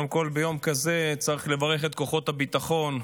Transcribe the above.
קודם כול ביום כזה צריך לברך את כוחות הביטחון,